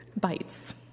bites